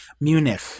munich